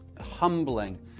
humbling